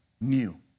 new